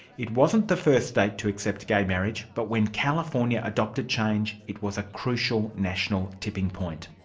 it wasn't the first state to accept gay marriage, but when california adopted change it was a crucial national tipping point.